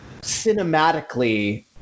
cinematically